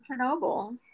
Chernobyl